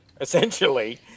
essentially